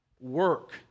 work